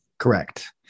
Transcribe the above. Correct